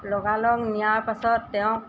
লগালগ নিয়াৰ পাছত তেওঁ